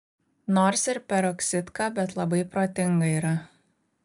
nors ir peroksidka bet labai protinga yra